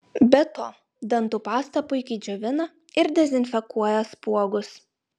be to dantų pasta puikiai džiovina ir dezinfekuoja spuogus